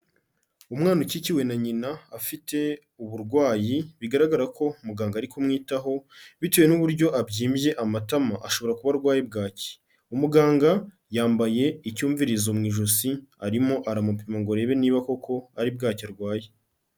Umwana ukikiwe na nyina afite uburwayi bigaragara ko muganga ari kumwitaho, bitewe n'uburyo abyimbye amatama ashobora kuba arwaye bwaki, umuganga yambaye icyumvirizo mu ijosi arimo aramupima ngo arebe niba koko ari bwaki arwaye.